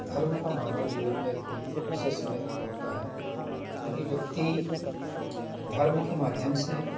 धर्म का मानव जीवन में एक विशेष महत्व होता है क्योंकि व्यक्ति धर्म के माध्यम से